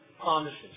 promises